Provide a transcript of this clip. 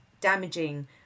damaging